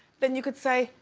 then you could say,